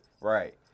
right